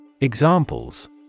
Examples